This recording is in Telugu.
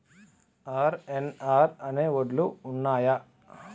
ఆర్.ఎన్.ఆర్ అనే వడ్లు ఉన్నయా?